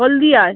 হলদিয়ায়